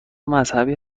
مذهبی